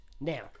now